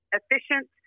efficient